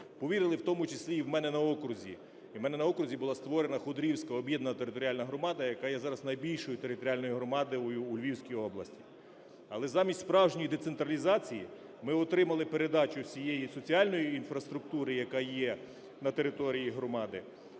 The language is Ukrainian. Повірили, в тому числі і в мене на окрузі. І в мене на окрузі була створена Ходорівська об'єднана територіальна громада, яка зараз є найбільшою територіальною громадою у Львівській області. Але замість справжньої децентралізації ми отримали передачу всієї соціальної інфраструктури, яка є на території громади